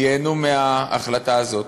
ייהנו מההחלטה הזאת.